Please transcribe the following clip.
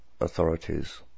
authorities